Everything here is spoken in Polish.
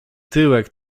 tyłek